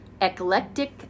eclectic